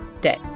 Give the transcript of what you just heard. day